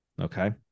Okay